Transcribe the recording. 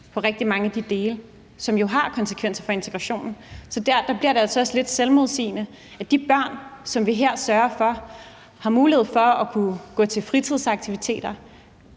for rigtig mange af de dele, som har konsekvenser for integrationen. Så det bliver altså også lidt selvmodsigende, når vi sørger for, at de børn har en mulighed for at kunne gå til fritidsaktiviteter,